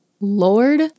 Lord